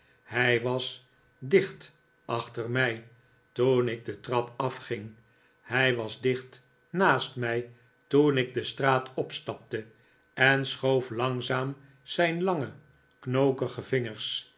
hij was david copperfield dicht achter mij toen ik de trap afging hij was dicht naast mij toen ik de straat opstapte en schoof langzaam zijn lange knokige vingers